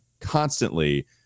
constantly